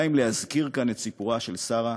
די להזכיר כאן את סיפורה של שרה,